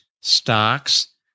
stocks